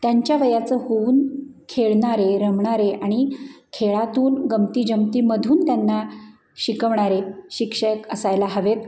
त्यांच्या वयाचं होऊन खेळणारे रमणारे आणि खेळातून गमती जमतीमधून त्यांना शिकवणारे शिक्षक असायला हवे आहेत